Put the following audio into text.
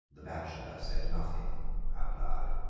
the bachelor said nothing out loud.